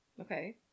Okay